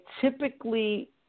typically –